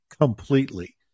completely